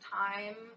time